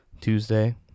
Tuesday